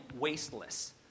wasteless